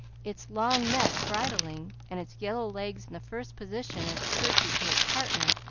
its long neck bridling, and its yellow legs in the first position as it curtsied to its partner,